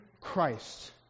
Christ